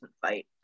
fight